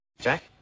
Jack